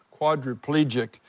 quadriplegic